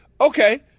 Okay